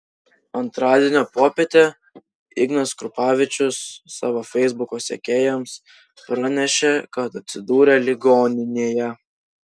antradienio popietę ignas krupavičius savo feisbuko sekėjams pranešė kad atsidūrė ligoninėje